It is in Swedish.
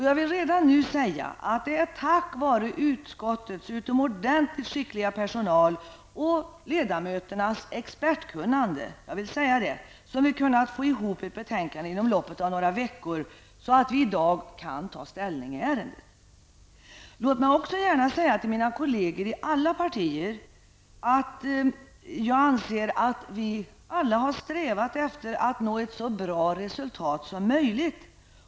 Jag vill redan nu säga att det är tack vare utskottets utomordentligt skickliga personal och ledamöternas expertkunnande som vi kunnat sammaställa ett betänkande inom loppet av några veckor så att vi i dag kan ta ställning i ärendet. Jag vill också gärna säga till mina kolleger i utskottet från alla partier, att jag anser att vi alla strävat efter att nå ett så bra resultat som möjligt.